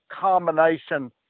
combination